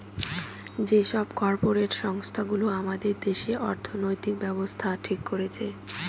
যে সব কর্পরেট সংস্থা গুলো আমাদের দেশে অর্থনৈতিক ব্যাবস্থা ঠিক করছে